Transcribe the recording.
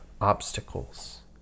obstacles